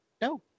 No